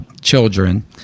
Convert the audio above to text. children